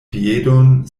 piedon